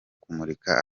kumurika